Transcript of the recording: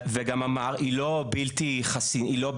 וגם אמר היא לא בלתי פגיעה.